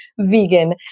vegan